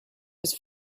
was